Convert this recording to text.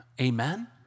Amen